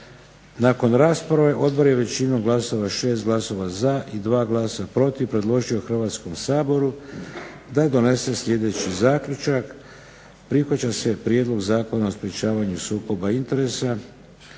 Nakon rasprave odbor je većinom glasova, 6 glasova za i 2 glasa protiv predložio Hrvatskom saboru da donese sljedeći zaključak: prihvaća se Prijedlog Zakona o sprječavanju sukoba interesa.